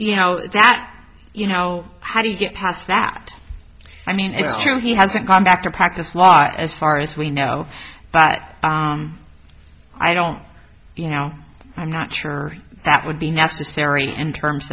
you know that you know how do you get past that i mean it's true he hasn't come back or practice law as far as we know but i don't you now i'm not sure that would be necessary in terms